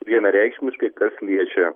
vienareikšmiškai kas liečia